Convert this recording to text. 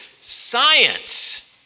science